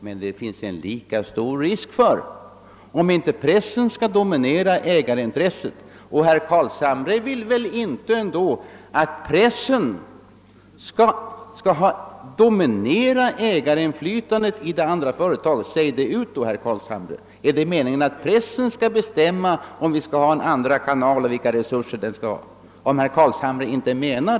Men det finns en lika stor risk att pressen kommer att dominera ägarintresset, och herr Carlshamre vill väl ändå inte att pressen skall ha en dominerande ställning i det reklamfinansierade företaget? I så fall bör herr Carlshamre säga klart ifrån. Är det meningen att pressen skall bestämma om vi skall ha en andra kanal och vilka resurser den i så fall skall ha?